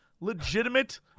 legitimate